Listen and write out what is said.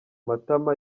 matama